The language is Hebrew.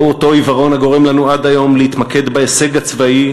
זהו אותו עיוורון הגורם לנו עד היום להתמקד בהישג הצבאי